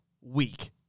week